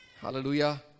hallelujah